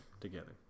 together